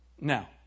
Now